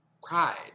cried